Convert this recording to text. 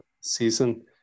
season